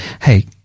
hey